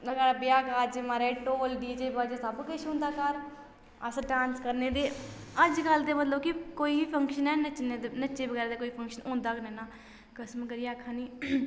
ब्याह् कारज महाराज ढोल डी जे बाजे सब किश होंदा घर अस डांस करने ते अज्जकल ते मतलब कोई बी फंक्शन ऐ नच्चने दे नच्चै बगैर ते कोई फंक्शन होंदा गै नेईं ना कसम करियै आक्खा नी